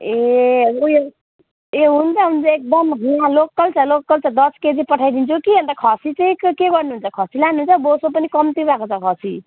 ए ऊ यो ए हुन्छ हुन्छ एकदम यहाँ लोकल छ लोकल छ दस केजी पठाइदिन्छु कि अन्त खसी चाहिँ के गर्नुहुन्छ खसी लानुहुन्छ बोसो पनि कम्ती भएको छ खसी